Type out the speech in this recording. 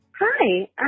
Hi